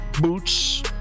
boots